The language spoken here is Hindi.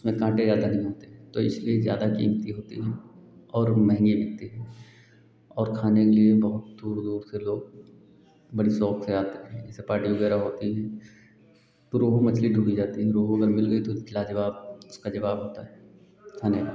उसमें काँटें ज़्यादा नहीं होते हैं तो इसके ज़्यादा कीमती होती है और महँगी बिकती है और खाने के लिए बहुत दूर दूर से लोग बड़े शौक़ से आते हैं जैसे पार्टी वग़ैरह होती है तो रोहू मछली ढूँढी जाती है रोहू अगर मिल गई तो लाजवाब उसका जवाब नहीं होता है और